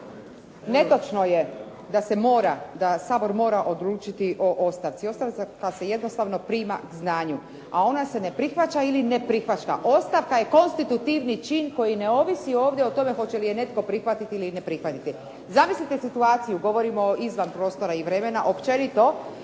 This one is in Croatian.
Netočno je da se mora, da Sabor mora odlučiti o ostavci. Ostavka se jednostavno prima k znanju a ona se ne prihvaća ili ne prihvaća. Ostavka je konstitutivni čin koji ne ovisi ovdje o tome hoće li je netko prihvatiti ili ne prihvatiti. Zamislite situaciju, govorimo izvan prostora i vremena općenito,